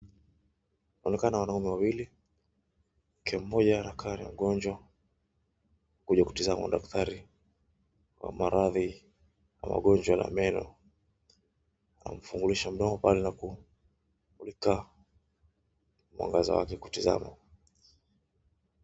Wanaonekana wanaume wawili. Akiwa mmoja haraka ni mgonjwa kuja kutizama na daktari wa maradhi ya magonjwa na meno. Anamfungulisha mdomo pale na kulika mwangaza wake kutizama.